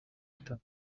itaha